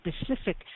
specific